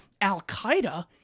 Al-Qaeda